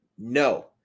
No